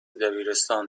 دبیرستان